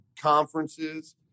conferences